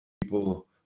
people